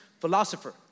philosopher